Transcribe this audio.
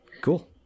Cool